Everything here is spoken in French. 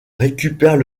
récupèrent